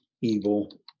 evil